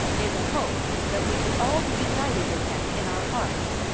in the hope that we could all be united with him in our hearts,